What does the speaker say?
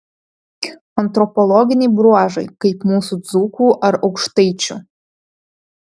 antropologiniai bruožai kaip mūsų dzūkų ar aukštaičių